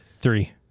Three